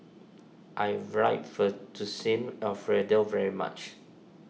I would like Fettuccine Alfredo very much